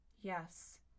yes